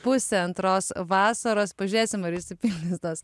pusę antros vasaros pažiūrėsim ar išsipildys tas